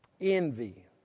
Envy